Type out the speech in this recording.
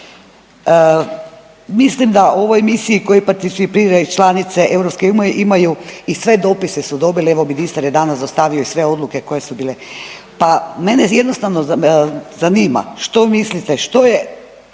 Mislim da u ovoj misiji kojoj participiraju članice europske imaju i sve dopise su dobili, evo ministar je danas dostavio i sve odluke koje su bile, pa mene jednostavno zanima što mislite što je